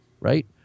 right